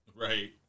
Right